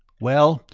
well,